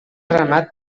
ramat